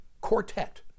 quartet